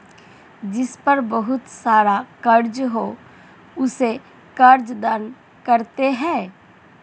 जिस पर बहुत सारा कर्ज हो उसे कर्जदार कहते हैं